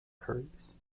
curries